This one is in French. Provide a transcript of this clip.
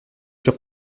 sur